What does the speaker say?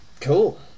Cool